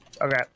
Okay